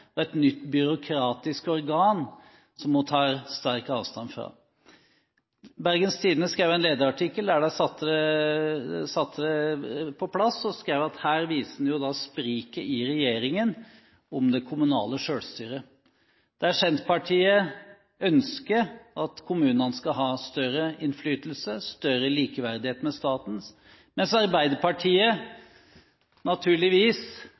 et nytt byråkratisk organ som hun tar sterk avstand fra. Bergens Tidende skrev en lederartikkel som satte dette på plass. De skrev at her viser man spriket i regjeringen når det gjelder det kommunale selvstyret. Det er Senterpartiets ønske at kommunene skal ha større innflytelse, større likeverdighet med staten, mens Arbeiderpartiet naturligvis